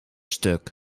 stuk